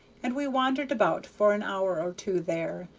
and we wandered about for an hour or two there,